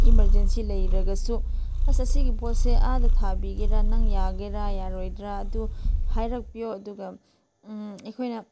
emergency ꯂꯩꯔꯒꯁꯨ ꯑꯁ ꯑꯁꯤꯒꯤ ꯄꯣꯠꯁꯦ ꯑꯥꯗ ꯊꯥꯕꯤꯒꯦꯔꯥ ꯅꯪ ꯌꯥꯒꯦꯔꯥ ꯌꯥꯔꯣꯏꯗ꯭ꯔꯥ ꯑꯗꯨ ꯍꯥꯏꯔꯛꯄꯤꯌꯣ ꯑꯗꯨꯒ ꯑꯩꯈꯣꯏꯅ